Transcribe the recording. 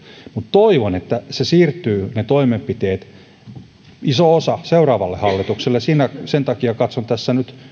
mutta toivon että ne toimenpiteet siirtyvät iso osa niistä seuraavalle hallitukselle sen takia katson tässä nyt